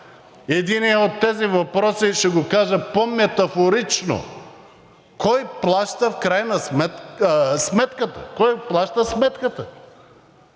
Единият от тези въпроси – ще го кажа по-метафорично, е: кой плаща сметката?